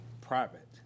private